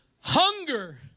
Hunger